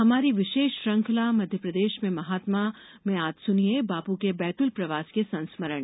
हमारी विशेष श्रंखला मध्यप्रदेश में महात्मा में आज सुनिए बापू के बैतूल प्रवास के संस्मरण